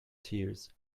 tears